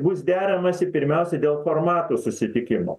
bus deramasi pirmiausia dėl formatų susitikimo